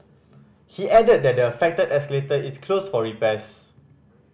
he added that the affected escalator is closed for repairs